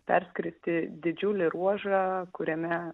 perskristi didžiulį ruožą kuriame